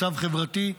מצב חברתי,